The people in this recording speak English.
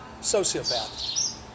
sociopath